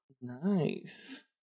Nice